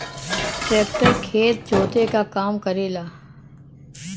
tractor खेत जोते क काम करेला